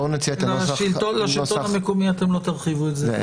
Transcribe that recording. בואו נציע את הנוסח --- לשלטון המקומי אתם לא תרחיבו את זה.